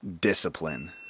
discipline